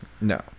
No